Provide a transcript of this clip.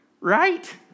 Right